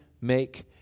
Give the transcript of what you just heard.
make